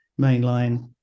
mainline